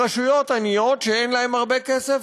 ברשויות עניות שאין להן הרבה כסף,